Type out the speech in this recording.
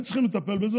והם צריכים לטפל בזה,